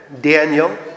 Daniel